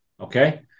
Okay